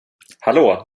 hallå